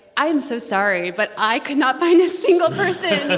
i am so sorry, but i could not find a single person.